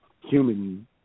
human